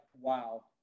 wow